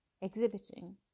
exhibiting